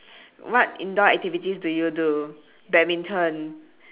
what indoor activities do you do badminton